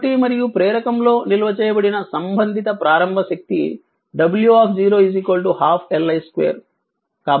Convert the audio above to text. కాబట్టి మరియు ప్రేరకం లో నిల్వ చేయబడిన సంబంధిత ప్రారంభ శక్తిఎనర్జీ W 12Li2